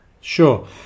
Sure